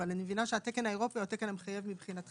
אבל אני מבינה שהתקן האירופי הוא התקן המחייב מבחינתכם.